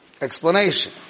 explanation